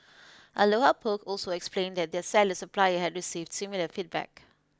Aloha Poke also explained that their salad supplier had received similar feedback